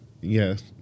Yes